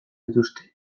dituzte